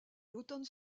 l’automne